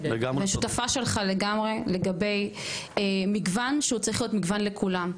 אני שותפה שלך לגמרי לגבי מגוון שהוא צריך להיות מגוון לכולם,